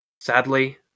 Sadly